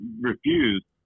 refused